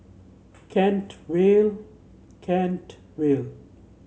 Kent Vale Kent Vale